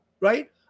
Right